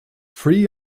free